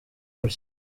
gutya